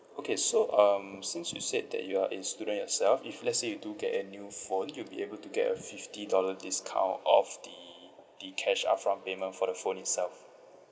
okay so um since you said that you are a student yourself if let's say you do get a new phone you'll be able to get a fifty dollar discount off the the cash upfront payment for the phone itself